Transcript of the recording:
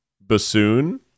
bassoon